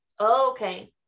okay